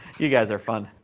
you guys are fun.